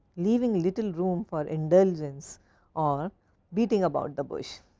leaving little room for indulgence or beating about the bush.